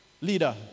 leader